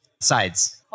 sides